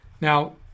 Now